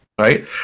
Right